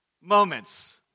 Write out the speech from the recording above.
moments